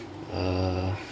uh